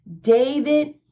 David